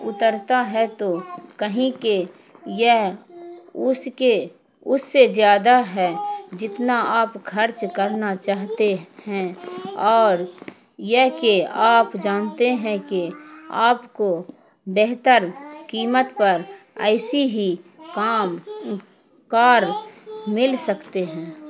اترتا ہے تو کہیں کے یہ اس کے اس سے زیادہ ہے جتنا آپ خرچ کرنا چاہتے ہیں اور یہ کہ آپ جانتے ہیں کہ آپ کو بہتر قیمت پر ایسی ہی کام کار مل سکتے ہیں